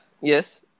yes